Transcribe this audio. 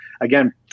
again